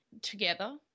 together